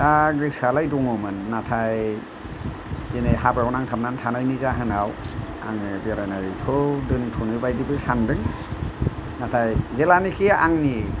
दा गोसोयालाय दङमोन नाथाय दिनै हाबायाव नांथाबनानै थानायनि जाहोनाव आङो बेरायनायखौ दोनथ'नो बायदिबो सानदों नाथाय जेब्लानोखि आंनि